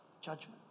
judgment